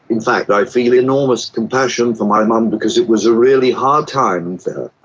in fact i feel enormous compassion for my mum because it was a really hard time for her.